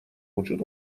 بوجود